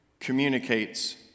Communicates